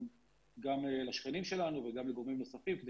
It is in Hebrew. גם לשכנים שלנו וגם לגורמים נוספים כדי